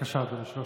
בנחישות בלתי מתפשרת